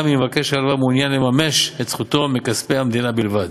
גם אם מבקש ההלוואה מעוניין לממש את זכותו מכספי המדינה בלבד.